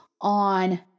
on